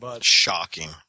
Shocking